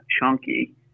chunky